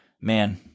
man